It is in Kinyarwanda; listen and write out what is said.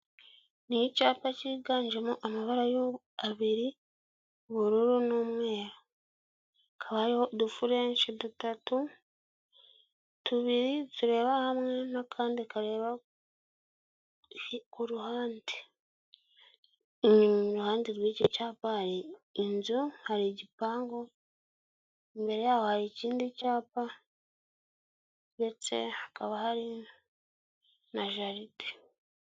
Ni icyapa cyiganjemo amabara abiri ubururu n'umweru, udufureshi dutatu, tubiri tureba hamwe n'akandi kareba ku ruhande mu ruhande rw'icyo cyapa hari inzu, hari igipangu, imbere yaho hari ikindi cyapa ndetse hakaba hari na jaride.